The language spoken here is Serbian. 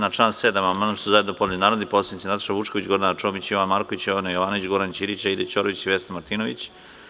Na član 7. amandman su zajedno podneli narodni poslanici Nataša Vučković, Gorana Čomić, Jovan Marković, Jovana Jovanović, Goran Ćirić, Aida Ćorović i Vesna Martinović.